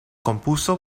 compuso